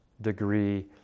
degree